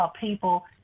people